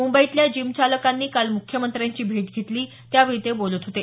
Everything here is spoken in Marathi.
मुंबईतल्या जिम चालकांनी काल मुख्यमंत्र्यांची भेट घेतली त्यावेळी ते बोलत होते